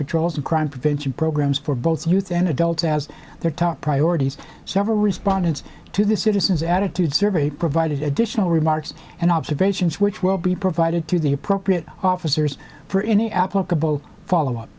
patrols and crime prevention programs for both youth and adults as their top priorities several respondents to this citizens attitude survey provided additional remarks and observations which will be provided to the appropriate officers for any applicable follow up